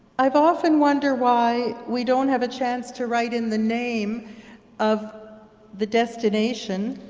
i've often wonder why we don't have a chance to write in the name of the destination,